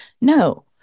No